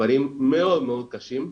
דברים מאוד מאוד קשים.